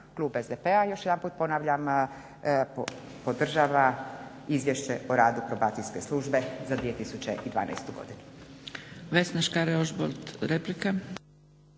Klub SDP-a, još jedanput ponavljam, podržava Izvješće o radu Probacijske službe za 2012. godinu.